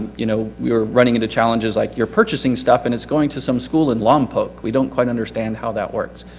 you know, we were running into challenges, like, you're purchasing stuff, and it's going to some school in long-poke. we don't quite understand how that works.